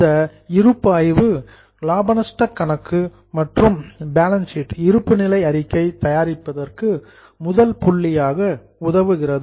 இந்த இருப்பாய்வு P and L account லாப நஷ்ட கணக்கு மற்றும் பேலன்ஸ் ஷீட் இருப்புநிலை அறிக்கை தயாரிப்பதற்கு முதல் புள்ளியாக உதவுகிறது